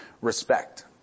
respect